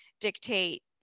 dictate